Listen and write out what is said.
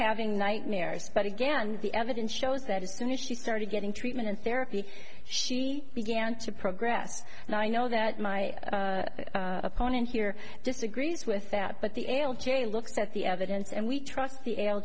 having nightmares but again the evidence shows that as soon as she started getting treatment and therapy she began to progress and i know that my opponent here disagrees with that but the able to looks at the evidence and we trust the l